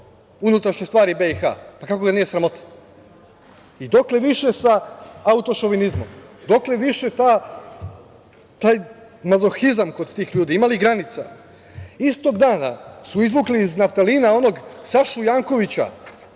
unutrašnje stvari BiH. Kako ga nije sramota?I dokle više sa autošovinizmom? Dokle više taj mazohizam kod tih ljudi? Ima li granice? Istog dana su izvukli iz naftalina onog Sašu Jankovića,